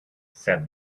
said